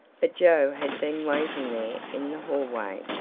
but joe had been waiting there in the hallway.